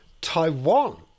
Taiwan